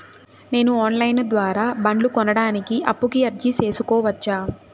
నేను online ద్వారా బండ్లు కొనడానికి అప్పుకి అర్జీ సేసుకోవచ్చా?